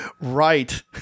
Right